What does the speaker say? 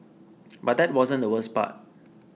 but that wasn't the worst part